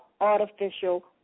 artificial